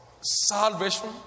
salvation